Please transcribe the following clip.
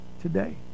today